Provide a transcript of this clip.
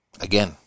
again